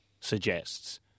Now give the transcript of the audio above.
suggests